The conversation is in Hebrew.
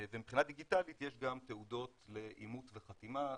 ומבחינה דיגיטלית יש גם תעודות לאימות וחתימה,